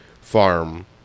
farm